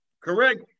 correct